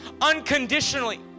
unconditionally